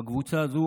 בקבוצה הזו